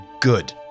good